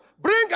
bring